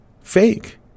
Fake